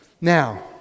Now